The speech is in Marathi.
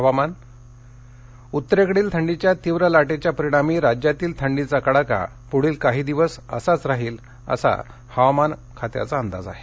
हवामान उत्तरेकडील थंडीच्या तीव्र लाटेच्या परिणामी राज्यातील थंडीचा कडाका पुढील काही दिवस तसाच राहण्याचा अंदाज आहे